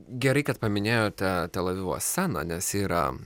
gerai kad paminėjote tel avivo sceną nes yra